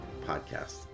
podcast